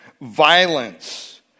Violence